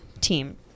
team